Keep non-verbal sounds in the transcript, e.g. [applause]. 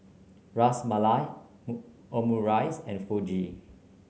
Ras Malai [unintelligible] Omurice and Fugu